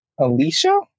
Alicia